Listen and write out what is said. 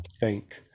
thank